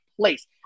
place